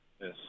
Yes